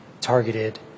targeted